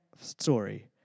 story